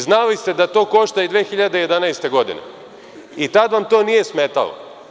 Znali ste da to košta i 2011. godine i tada vam to nije smetalo.